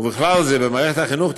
ובכלל זה במערכת החינוך,